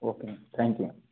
okay thank you ma'am